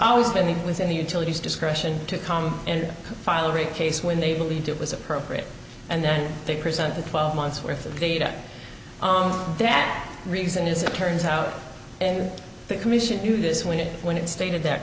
always been within the utilities discretion to come and file or a case when they believed it was appropriate and then they present the twelve months worth of data that reason is it turns out and the commission knew this when it when it stated that